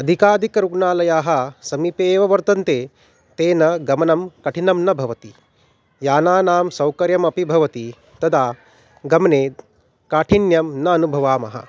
अधिकाधिकरुग्णालयाः समीपे एव वर्तन्ते तेन गमनं कठिनं न भवति यानानां सौकर्यमपि भवति तदा गमने काठिन्यं न अनुभवामः